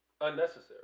unnecessary